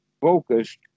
focused